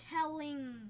telling